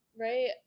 right